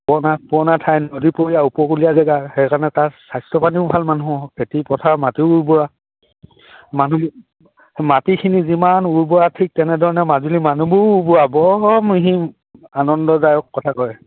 পুৰণা পুৰণা ঠাই নদীপৰীয়া উপকূলীয়া জেগা সেইকাৰণে তাৰ স্বাস্থ্য পাতিও ভাল মানুহৰ খেতি পথাৰৰ মাটিও উৰ্বৰা মানুহ মাটিখিনি যিমান উৰ্বৰা ঠিক তেনেধৰণে মাজুলীৰ মানুহবোৰো উৰ্বৰা বৰ মিহি আনন্দদায়ক কথা কয়